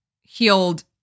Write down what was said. healed